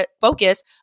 focus